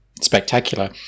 spectacular